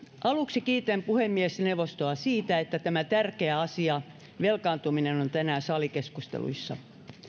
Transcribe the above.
aluksi kiitän puhemiesneuvostoa siitä että tämä tärkeä asia velkaantuminen on on tänään salikeskustelussa